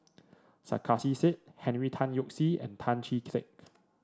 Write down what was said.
Sarkasi Said Henry Tan Yoke See and Tan Chee Teck